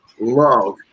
love